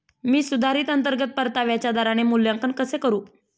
मी सुधारित अंतर्गत परताव्याच्या दराचे मूल्यांकन कसे करू?